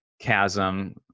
Chasm